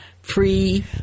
Free